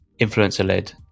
influencer-led